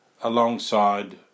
alongside